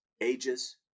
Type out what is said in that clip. ages